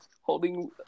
holding